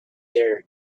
there